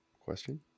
question